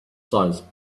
science